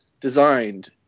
designed